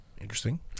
Interesting